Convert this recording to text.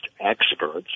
experts